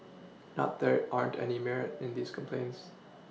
not there aren't any Merit in these complaints